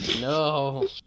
No